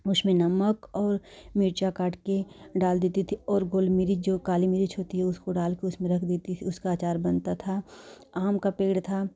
उसमें नमक और मिर्चा काटकर डाल देती थी और गोल मिर्च जो काली मिर्च होती है उसको डालकर उसमें रख देते हैं उसका अचार बनता था आम का पेड़ था